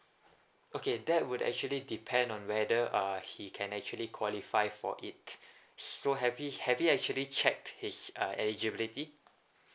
okay that would actually depend on whether uh he can actually qualify for it so have he have he actually checked his uh eligibility